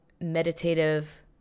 meditative